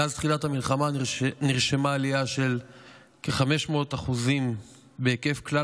מאז תחילת המלחמה נרשמה עלייה של כ-500% בהיקף כלל